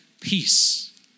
peace